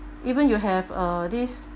even you have uh this